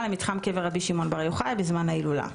למתחם קבר רבי שמעון בר יוחאי בזמן ההילולה.